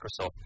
Microsoft